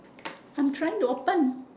I'm trying to open